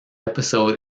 episode